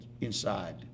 inside